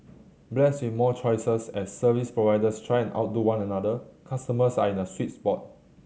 blessed with more choices as service providers try outdo one another customers are in a sweet spot